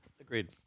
Agreed